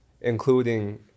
including